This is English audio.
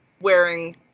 wearing